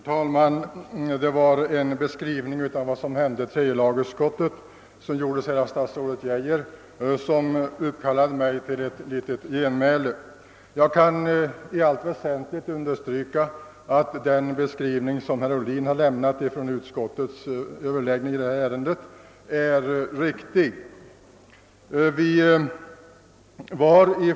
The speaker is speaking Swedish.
Herr talman! Den skildring som statsrådet Geijer lämnade över vad som hände i tredje lagutskottet har uppkallat mig till ett genmäle. Jag kan i allt väsentligt understryka att den beskrivning som herr Ohlin lämnat om utskottets överläggningar i detta ärende är riktig.